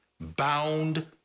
bound